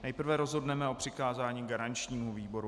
Nejprve rozhodneme o přikázání garančnímu výboru.